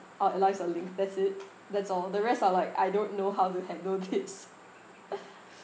our lives are linked that's it that's all the rest are like I don't know how to handle this